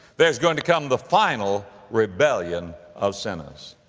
there's going to come the final rebellion of sinners.